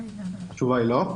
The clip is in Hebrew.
התשובה היא לא.